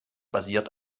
basiert